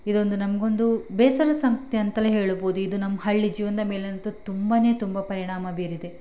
ಇದೊಂದು ನಮಗೊಂದು ಬೇಸರದ ಸಂಗತಿ ಅಂತಲೇ ಹೇಳ್ಬೋದು ಇದು ನಮ್ಮ ಹಳ್ಳಿ ಜೀವನದ ಮೇಲಂತೂ ತುಂಬ ತುಂಬ ಪರಿಣಾಮ ಬೀರಿದೆ